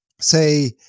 say